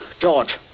George